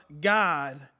God